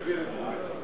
חברי חברי הכנסת,